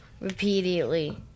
repeatedly